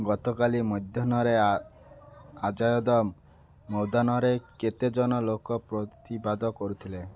ଗତକାଲି ମଧ୍ୟାହ୍ନରେ ଆ ଆଜାଦମ ମୈଦାନରେ କେତେଜଣ ଲୋକ ପ୍ରତିବାଦ କରୁଥିଲେ